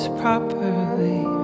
properly